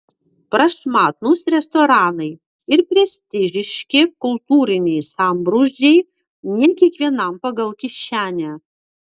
prašmatnūs restoranai ir prestižiški kultūriniai sambrūzdžiai ne kiekvienam pagal kišenę